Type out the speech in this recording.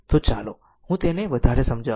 તો ચાલો હું તેને વધારે સમજાવું